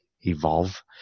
evolve